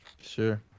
Sure